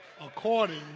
according